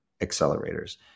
accelerators